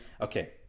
Okay